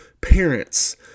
parents